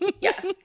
Yes